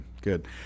good